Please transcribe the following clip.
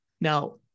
now